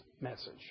message